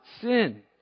sin